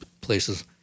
places